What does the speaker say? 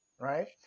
Right